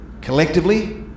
collectively